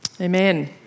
Amen